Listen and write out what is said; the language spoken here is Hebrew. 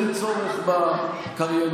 אין צורך בקריינות.